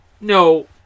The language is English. No